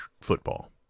football